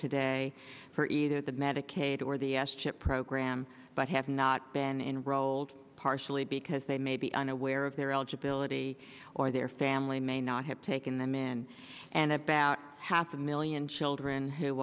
today for either the medicaid or the s chip program but have not been enrolled partially because they may be unaware of their eligibility or their family may not have taken them in and about half a million children who